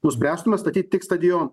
nuspręstume statyt tik stadioną